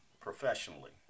professionally